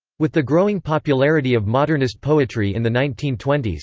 with the growing popularity of modernist poetry in the nineteen twenty s,